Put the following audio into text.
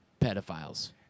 pedophiles